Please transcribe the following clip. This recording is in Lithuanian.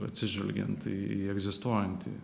atsižvelgiant į egzistuojantį